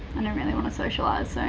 i didn't really want to socialise, so